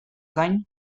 gain